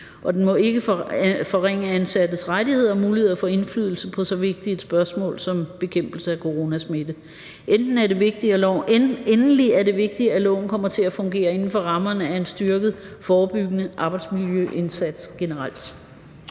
det må ikke forringe ansattes rettigheder og mulighed for indflydelse på så vigtigt et spørgsmål som bekæmpelse af coronasmitte. Endelig er det vigtigt, at loven kommer til at fungere inden for rammerne af en styrket forebyggende arbejdsmiljøindsats generelt.